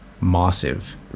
massive